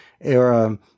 era